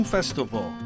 Festival